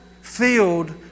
filled